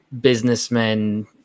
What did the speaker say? businessmen